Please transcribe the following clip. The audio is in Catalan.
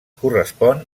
correspon